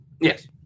Yes